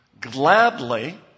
gladly